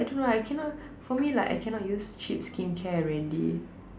but I don't know I cannot for me like I cannot use cheap skincare already